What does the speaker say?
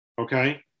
Okay